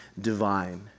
divine